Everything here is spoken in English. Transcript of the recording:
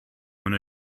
gonna